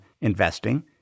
investing